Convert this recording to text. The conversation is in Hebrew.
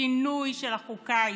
שינוי של החוקה הישראלית,